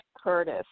Curtis